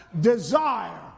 desire